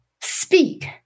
speak